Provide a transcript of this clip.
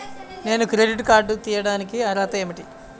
నేను credit card తీయడానికి అర్హత ఏమిటి?